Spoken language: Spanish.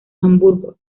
hamburgo